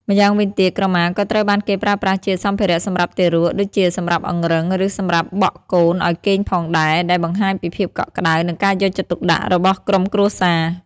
ម្យ៉ាងវិញទៀត ក្រមាក៏ត្រូវបានគេប្រើប្រាស់ជា សម្ភារៈសម្រាប់ទារក ដូចជាសម្រាប់អង្រឹង ឬសម្រាប់បក់កូនឱ្យគេងផងដែរ ដែលបង្ហាញពីភាពកក់ក្ដៅ និងការយកចិត្តទុកដាក់របស់ក្រុមគ្រួសារ។